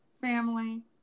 Family